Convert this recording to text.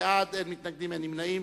בעד, 10, אין מתנגדים, אין נמנעים.